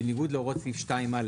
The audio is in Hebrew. בניגוד להוראות סעיף 2(א)",